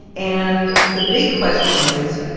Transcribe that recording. and the big question is,